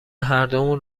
هردومون